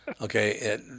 Okay